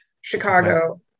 Chicago